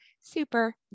super